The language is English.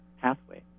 pathway